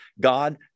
God